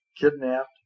Kidnapped